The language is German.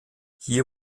hier